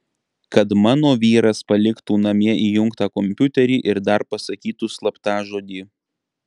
kad mano vyras paliktų namie įjungtą kompiuterį ir dar pasakytų slaptažodį